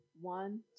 One